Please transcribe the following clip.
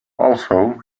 also